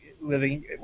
living